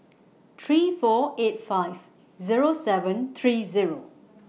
three four eight five Zero seven three Zero